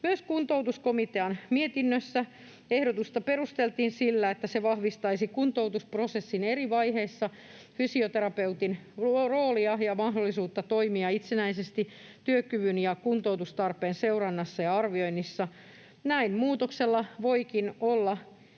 Myös kuntoutuskomitean mietinnössä ehdotusta perusteltiin sillä, että se vahvistaisi kuntoutusprosessin eri vaiheissa fysioterapeutin roolia ja mahdollisuutta toimia itsenäisesti työkyvyn ja kuntoutustarpeen seurannassa ja arvioinnissa. Näin muutoksella voikin olla